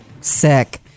sick